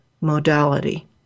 modality